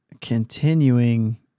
continuing